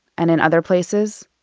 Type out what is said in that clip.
and in other places,